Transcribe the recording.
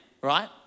right